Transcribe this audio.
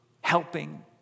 helping